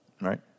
Right